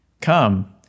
Come